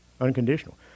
Unconditional